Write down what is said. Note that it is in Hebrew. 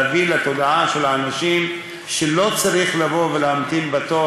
להביא לתודעה של האנשים שלא צריך לבוא ולהמתין בתור,